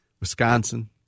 Wisconsin